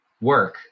work